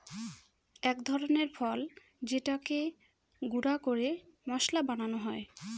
এক ধরনের ফল যেটাকে গুঁড়া করে মশলা বানানো হয়